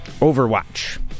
Overwatch